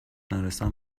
نرسم